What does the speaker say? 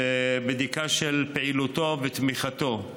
ובדיקה של פעילותו ותמיכתו.